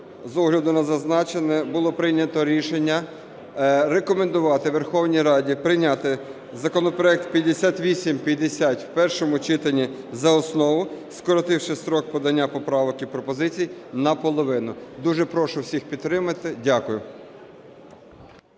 з огляду на зазначене, було прийнято рішення рекомендувати Верховній Раді прийняти законопроект 5850 в першому читанні за основу, скоротивши строк подання поправок і пропозицій наполовину. Дуже прошу всіх підтримати. Дякую.